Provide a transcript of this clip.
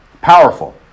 Powerful